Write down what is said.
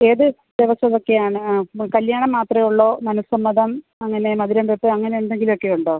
ഏത് ദിവസമൊക്കെയാണ് ആ കല്ല്യാണം മാത്രമേ ഉള്ളോ മനസ്സമ്മതം അങ്ങനെ മധുരംവെപ്പ് അങ്ങനെ എന്തെങ്കിലുമൊക്കെയുണ്ടോ